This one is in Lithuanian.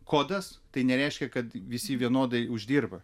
kodas tai nereiškia kad visi vienodai uždirba